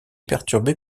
perturbée